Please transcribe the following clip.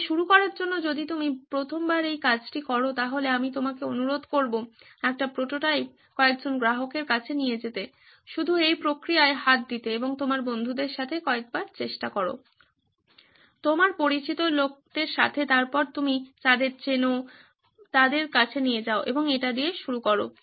তাই শুরু করার জন্য যদি তুমি প্রথমবার এই কাজটি করো তাহলে আমি তোমাকে অনুরোধ করবো একটি প্রোটোটাইপ কয়েকজন গ্রাহকের কাছে নিয়ে যেতে শুধু এই প্রক্রিয়ায় হাত দিতে এবং তোমার বন্ধুদের সাথে কয়েকবার চেষ্টা করো তোমার পরিচিত লোকদের সাথে তারপর তুমি যাদের চেনো না তাদের কাছে যাও এবং এটি দিয়ে শুরু করো